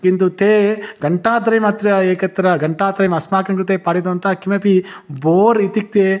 किन्तु ते घण्टात्रयम् अत्र एकत्र घण्टात्रयम् अस्माकं कृते पाठितवन्तः किमपि बोर् इत्युक्ते